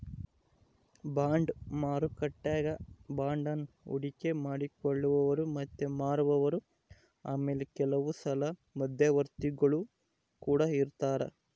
bond ಮಾರುಕಟ್ಟೆಗ ಬಾಂಡನ್ನ ಹೂಡಿಕೆ ಮಾಡಿ ಕೊಳ್ಳುವವರು ಮತ್ತೆ ಮಾರುವವರು ಆಮೇಲೆ ಕೆಲವುಸಲ ಮಧ್ಯವರ್ತಿಗುಳು ಕೊಡ ಇರರ್ತರಾ